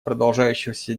продолжающегося